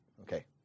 okay